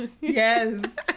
yes